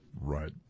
Right